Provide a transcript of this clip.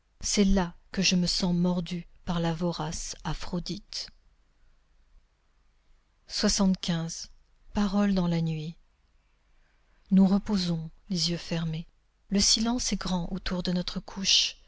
c'est là que je me sens mordue par la vorace aphroditê paroles dans la nuit nous reposons les yeux fermés le silence est grand autour de notre couche